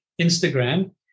Instagram